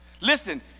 Listen